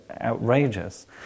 outrageous